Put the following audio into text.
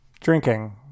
drinking